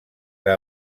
que